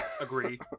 Agree